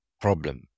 problem